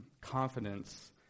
Confidence